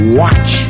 watch